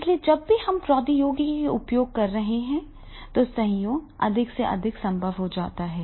इसलिए जब भी हम प्रौद्योगिकी का उपयोग कर रहे हैं तो सहयोग अधिक से अधिक संभव हो जाता है